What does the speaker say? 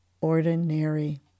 ordinary